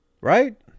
Right